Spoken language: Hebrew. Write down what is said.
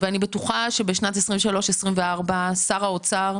אני בטוחה שבשנת 2023 ו-2024 שר האוצר,